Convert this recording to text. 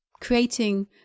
creating